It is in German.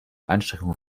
einschränkung